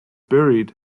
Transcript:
buried